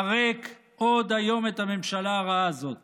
פרק עוד היום את הממשלה הרעה הזאת